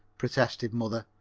protested mother.